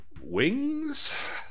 Wings